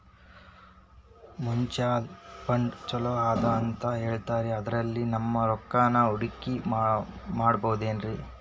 Mutual fund ಛಲೋ ಅದಾ ಅಂತಾ ಹೇಳ್ತಾರ ಅದ್ರಲ್ಲಿ ನಮ್ ರೊಕ್ಕನಾ ಹೂಡಕಿ ಮಾಡಬೋದೇನ್ರಿ?